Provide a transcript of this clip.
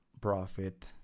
profit